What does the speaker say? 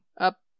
up